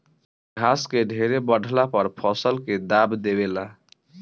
घास ढेरे बढ़ला पर फसल के दाब देवे ला